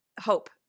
hope